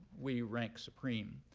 we rank supreme.